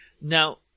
Now